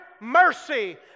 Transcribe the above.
mercy